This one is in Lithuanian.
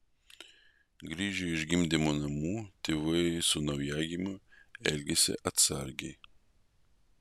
grįžę iš gimdymo namų tėvai su naujagimiu elgiasi atsargiai